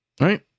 Right